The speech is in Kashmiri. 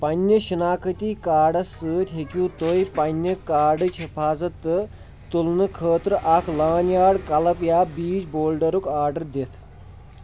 پنٕنِس شِناختی کارڈس سۭتۍ ہیٚکِو تُہۍ پنٕنہِ کارڈٕچ حٮ۪فاظت تہٕ تُلنہٕ خٲطرٕ اَکھ لانیارڈ کلب یا بیج بولڈرُک آرڈر دِتھ